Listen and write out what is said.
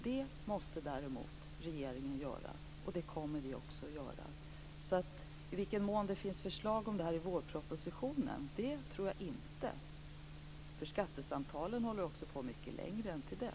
Detta måste emellertid regeringen ta hänsyn till, och det kommer vi också att göra. I vilken mån vårpropositionen kommer att innehålla förslag om detta vet jag inte. Skattesamtalen håller på mycket längre än till våren.